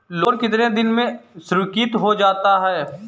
Loan कितने दिन में स्वीकृत हो जाता है?